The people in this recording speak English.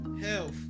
health